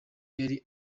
yari